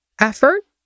effort